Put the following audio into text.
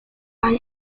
run